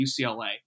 UCLA